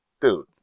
dude